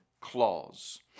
clause